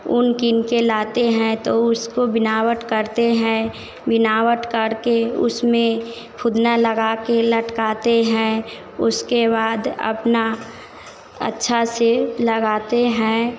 ऊन कीनकर लाते हैं तो उसको बिनावट करते हैं बिनावट करके उसमें खुदना लगाकर लटकाते हैं उसके बाद अपना अच्छा से लगाते हैं